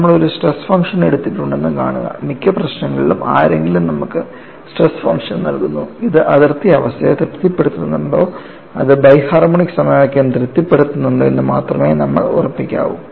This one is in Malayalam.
നമ്മൾ ഒരു സ്ട്രെസ് ഫംഗ്ഷൻ എടുത്തിട്ടുണ്ടെന്ന് കാണുക മിക്ക പ്രശ്നങ്ങളിലും ആരെങ്കിലും നമുക്ക് സ്ട്രെസ് ഫംഗ്ഷൻ നൽകുന്നു ഇത് അതിർത്തി അവസ്ഥയെ തൃപ്തിപ്പെടുത്തുന്നുണ്ടോ അത് ബൈ ഹാർമോണിക് സമവാക്യം തൃപ്തിപ്പെടുത്തുന്നുണ്ടോ എന്ന് മാത്രമേ നമ്മൾ ഉറപ്പാക്കൂ